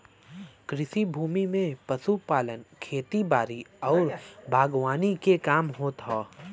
कृषि भूमि में पशुपालन, खेती बारी आउर बागवानी के काम होत हौ